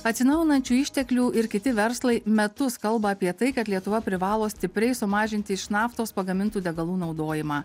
atsinaujinančių išteklių ir kiti verslai metus kalba apie tai kad lietuva privalo stipriai sumažinti iš naftos pagamintų degalų naudojimą